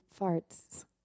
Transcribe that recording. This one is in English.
farts